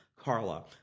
Carla